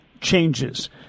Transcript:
changes